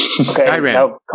Skyrim